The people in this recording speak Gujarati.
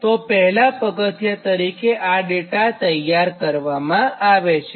તો પહેલા પગથિયા તરીકે આ ડેટા તૈયાર કરવામાં આવે છે